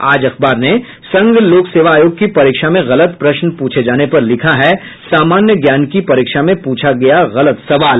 आज अखबार ने संघ लोक सेवा आयोग की परीक्षा में गलत प्रश्न पूछे जाने पर लिखा है सामान्य ज्ञान की परीक्षा में पूछा गया गलत सवाल